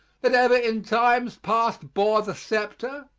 that ever in times past bore the scepter?